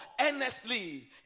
earnestly